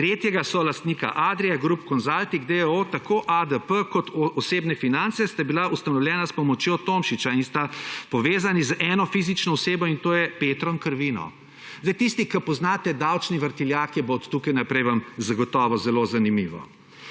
tretjega solastnika Adria Group Consulting, d. o. o., tako ADT kot Osebne finance sta bila ustanovljena s pomočjo Tomšiča in sta povezani z eno fizično osebo in to je Petrom Krvino. Zdaj tisti, ki poznate davčni vrtiljake, bo od tukaj naprej vam zagotovo zelo zanimivo.